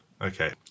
Okay